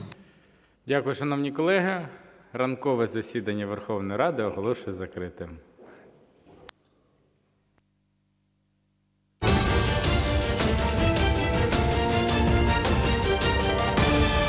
Дякую, шановні колеги. Ранкове засідання Верховної Ради оголошую закритим.